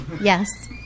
Yes